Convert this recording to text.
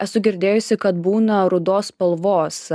esu girdėjusi kad būna rudos spalvos